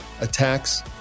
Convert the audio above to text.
attacks